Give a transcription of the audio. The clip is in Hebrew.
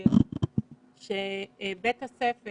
להזכיר שבית הספר